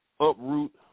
uproot